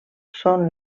són